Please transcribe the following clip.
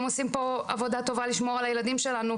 עושים פה עבודה טובה לשמור על הילדים שלנו,